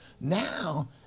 Now